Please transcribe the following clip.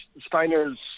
Steiner's